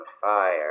fire